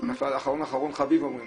אחרון אחרון חביב אומרים